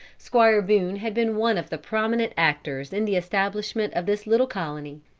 squire boone had been one of the prominent actors in the establishment of this little colony.